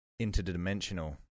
interdimensional